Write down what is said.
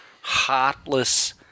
heartless